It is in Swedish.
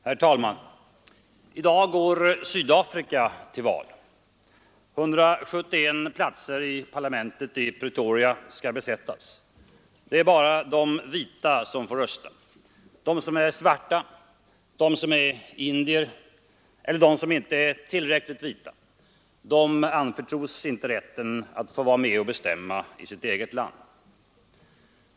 Herr talman! I dag går Sydafrika till val. 171 platser i parlamentet i Pretoria skall besättas. Det är bara de vita som får rösta. De som är svarta, de som är indier eller de som inte är tillräckligt vita anförtros inte rätten att få vara med och bestämma i sitt eget land.